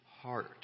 heart